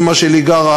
אימא שלי גרה,